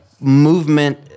movement